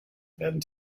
werden